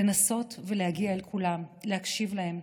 לנסות להגיע לכולם, להקשיב להם,